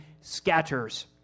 scatters